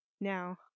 now